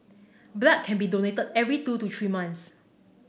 blood can be donated every two to three months